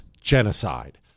genocide